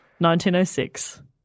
1906